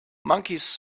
monkeys